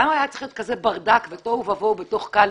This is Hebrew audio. למה היה צריך להיות כזה ברדק ותוהו ובוהו בתוך קלפי?